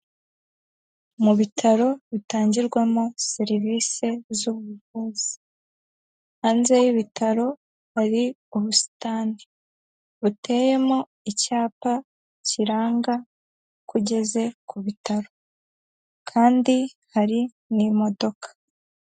Mu bitaro bitangirwamo serivise z'ubuvuzi, hanze y'ibitaro hari ubusitani buteyemo icyapa kiranga ko ugeze ku bitaro kandi hari n'imodoka.